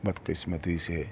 بد قسمتی سے